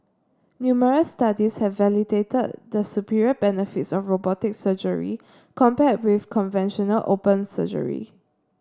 numerous studies have validated the superior benefits of robotic surgery compared with conventional open surgery